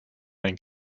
een